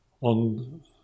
on